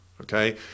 okay